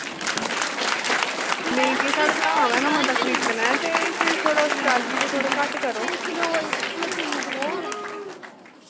नेईं साढ़े धाम ऐ असें मता खरीदना थोह्ड़े चार्जेस ते घट्ट करो